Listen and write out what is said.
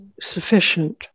sufficient